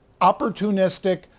opportunistic